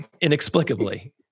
inexplicably